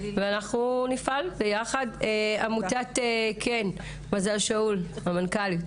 ובמציאות כזאת של כנסת שאנחנו מוטרדות מאוד ממנה,